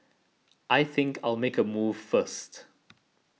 I think I'll make a move first